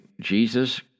Jesus